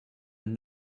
and